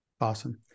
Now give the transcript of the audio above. Awesome